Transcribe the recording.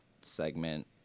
segment